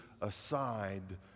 aside